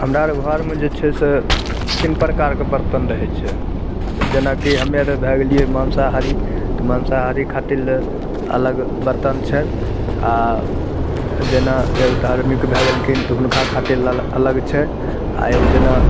हमरा अर घरमे जे छै से तीन प्रकारके बर्तन रहय छै जेनाकि हमे अर भए गेलियै मांसहारी तऽ मांसहारी खातिर लए अलग बर्तन छै आओर जेना एगो धार्मिक भए गेलखिन तऽ हुनका खातिर अलग छै आओर एगो जेना